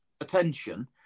attention